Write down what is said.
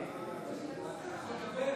אתה יכול לדבר?